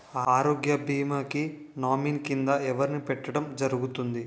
ఆరోగ్య భీమా కి నామినీ కిందా ఎవరిని పెట్టడం జరుగతుంది?